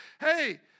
hey